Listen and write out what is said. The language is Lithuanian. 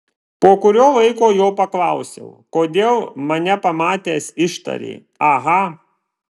po kurio laiko jo paklausiau kodėl mane pamatęs ištarė aha